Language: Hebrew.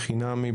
חינמי,